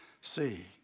see